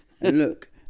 look